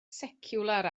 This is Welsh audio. seciwlar